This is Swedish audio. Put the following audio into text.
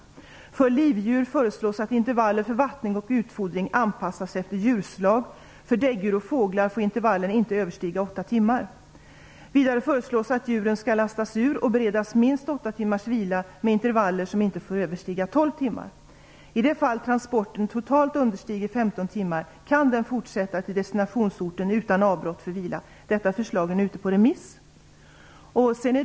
När det gäller livdjur föreslås att intervallen för vattning och utfordring anpassas efter djurslag. För däggdjur och fåglar får intervallen inte överstiga 8 timmar. Vidare föreslås att djuren skall lastas ur och beredas minst 8 timmars vila med intervaller som inte får överstiga 12 timmar. I de fall transporten totalt understiger 15 timmar kan den fortsätta till destinationsorten utan avbrott för vila. Detta förslag är nu ute på remiss.